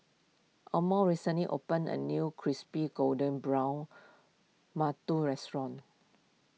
Emory recently opened a new Crispy Golden Brown Mantou restaurant